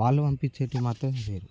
వాళ్ళు పంపించేటివి మాత్రం వేరు